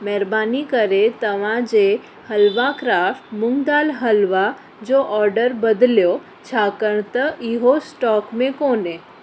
महिरबानी करे तव्हां जे हलवा क्राफ्ट मूंग दाल हलवा जो ऑर्डर बदिलियो छाकाणि त इहो स्टॉक में कोन्हे